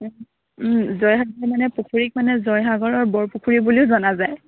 জয়সাগৰ মানে পুখুৰীক মানে জয়সাগৰ বৰপুখুৰী বুলিও জনা যায়